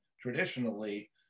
traditionally